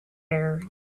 air